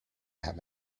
have